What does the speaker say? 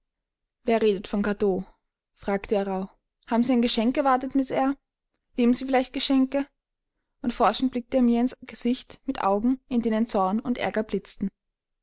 wer redet von cadeaux fragte er rauh haben sie ein geschenk erwartet miß eyre lieben sie vielleicht geschenke und forschend blickte er mir ins gesicht mit augen in denen zorn und ärger blitzten